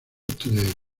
today